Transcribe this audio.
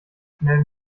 schnell